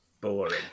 Boring